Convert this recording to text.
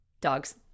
dogs